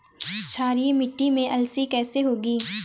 क्षारीय मिट्टी में अलसी कैसे होगी?